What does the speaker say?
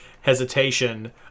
hesitation